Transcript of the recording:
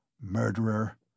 Murderer